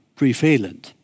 prevalent